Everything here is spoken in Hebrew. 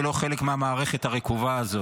תודה לאל שאני לא שופט ולא חלק מהמערכת הרקובה הזאת.